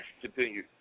Continue